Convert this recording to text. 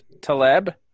taleb